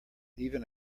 even